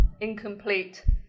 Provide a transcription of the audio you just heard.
incomplete